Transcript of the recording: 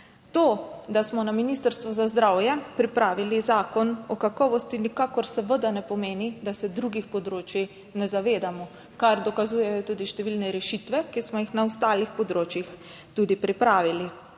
To, da smo na Ministrstvu za zdravje pripravili zakon o kakovosti, nikakor seveda ne pomeni, da se drugih področij ne zavedamo, kar dokazujejo tudi številne rešitve, ki smo jih na ostalih področjih tudi pripravili,